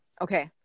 Okay